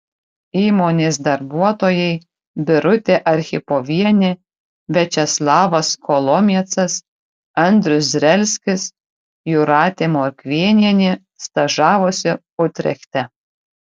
įmonės darbuotojai birutė archipovienė viačeslavas kolomiecas andrius zrelskis jūratė morkvėnienė stažavosi utrechte